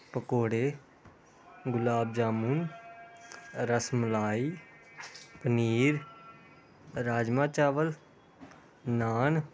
ਪਕੌੜੇ ਗੁਲਾਬ ਜਾਮੂਨ ਰਸ ਮਲਾਈ ਪਨੀਰ ਰਾਜਮਾਂਹ ਚਾਵਲ ਨਾਨ